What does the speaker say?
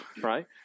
right